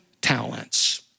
talents